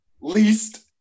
least